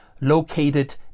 located